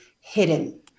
hidden